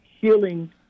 healing